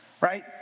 right